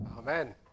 Amen